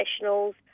professionals